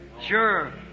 Sure